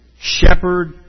Shepherd